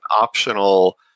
optional